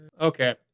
Okay